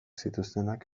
zituztenak